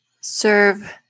serve